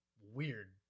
weird